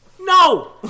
No